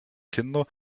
kinder